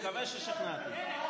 מקווה ששכנעתי.